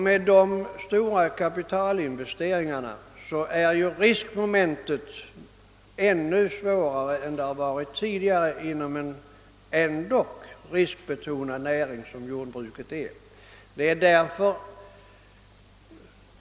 Med sådana stora kapitalinvesteringar blir riskmomenten större än inom den redan tidigare riskbetonade näring som jordbruket är.